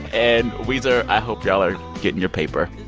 and, weezer, i hope y'all are getting your paper,